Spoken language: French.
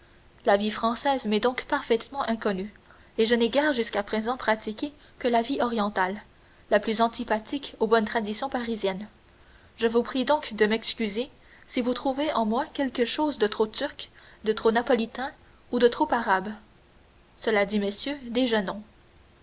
la vie française m'est donc parfaitement inconnue et je n'ai guère jusqu'à présent pratiqué que la vie orientale la plus antipathique aux bonnes traditions parisiennes je vous prie donc de m'excuser si vous trouvez en moi quelque chose de trop turc de trop napolitain ou de trop arabe cela dit messieurs déjeunons